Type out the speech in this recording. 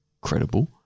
credible